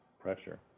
pressure